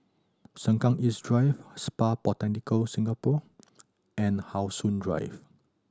Sengkang East Drive Spa Botanica Singapore and How Sun Drive